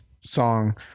song